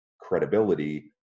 credibility